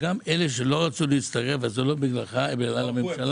וגם אלה שלא רצו להצטרף זה לא בגללך אלא בגלל הממשלה